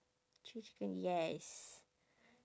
three chicken yes